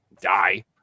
die